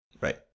Right